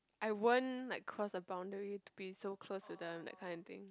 I won't like cross a boundary to be so close to them that kind of thing